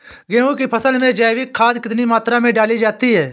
गेहूँ की फसल में जैविक खाद कितनी मात्रा में डाली जाती है?